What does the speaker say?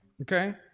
Okay